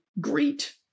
great